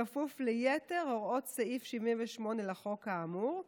בכפוף ליתר הוראות סעיף 78 לחוק האמור,